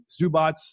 Zubats